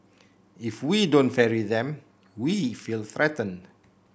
if we don't ferry them we feel threatened